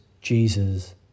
Jesus